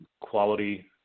quality